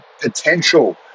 potential